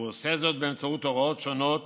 והוא עושה זאת באמצעות הוראות שונות